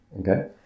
Okay